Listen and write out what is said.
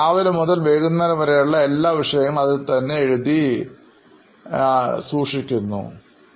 രാവിലെ മുതൽ വൈകുന്നേരം വരെയുള്ള എല്ലാ വിഷയങ്ങളും അതിൽ തന്നെ എഴുതി ബുക്ക്മാർക്കുകൾ ഉപയോഗിച്ചു